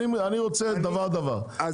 אני רוצה דבר דבר,